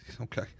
Okay